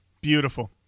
Beautiful